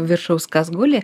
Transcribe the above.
viršaus kas guli